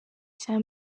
cya